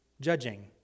judging